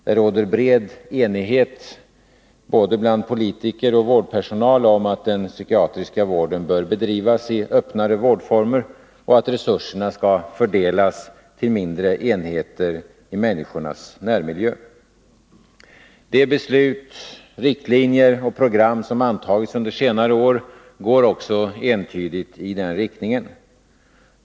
Det råder bred enighet bland både politiker och vårdpersonal om att den psykiatriska vården bör bedrivas i öppnare vårdformer och att resurserna skall fördelas till mindre enheter i människornas närmiljö. De beslut, riktlinjer och program som antagits under senare år går också entydigt i den riktningen.